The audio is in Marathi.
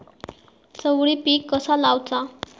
चवळी पीक कसा लावचा?